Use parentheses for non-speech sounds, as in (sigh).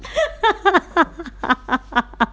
(laughs)